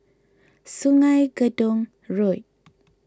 Sungei Gedong Road